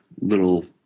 little